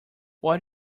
what